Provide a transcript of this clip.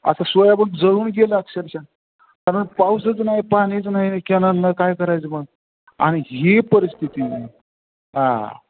असं सोयाबिन जळून गेलं अक्षरशः कारण पाऊसच नाही आहे पाणीचं नाही केनल नाही काय करायचं पण आणि ही परिस्थिती हां